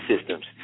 systems